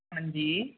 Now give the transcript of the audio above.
ਹਾਂਜੀ